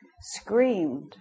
Screamed